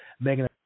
Megan